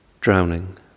Drowning